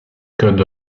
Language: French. code